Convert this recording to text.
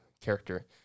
character